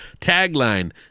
Tagline